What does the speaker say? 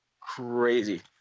crazy